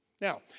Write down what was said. Now